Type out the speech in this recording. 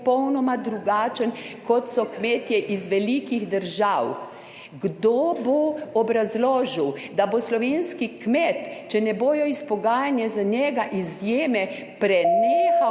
popolnoma drugačen, kot so kmetje iz velikih držav. Kdo bo obrazložil, da bo slovenski kmet, če za njega ne bodo izpogajane izjeme, prenehal